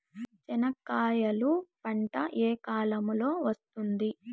చెనక్కాయలు పంట ఏ కాలము లో వస్తుంది